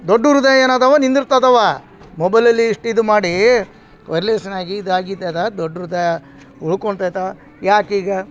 ದೊಡ್ದ ಹೃದಯ ಏನದವ ನಿಂದಿರ್ತದವ ಮೊಬೈಲಲ್ಲಿ ಇಷ್ಟು ಇದು ಮಾಡೀ ವೈರ್ಯ್ಲೇಷನ್ ಆಗಿ ಇದಾಗಿದ್ದದ ದೊಡ್ಡ ಹೃದಯ ಉಳ್ಕೊಂತದೆ ಯಾಕೀಗೆ